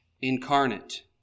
incarnate